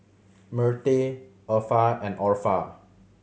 Myrtie Effa and Orpha